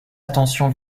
attention